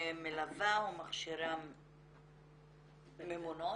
מלווה ומכשירה ממונות.